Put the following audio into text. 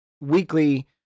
weekly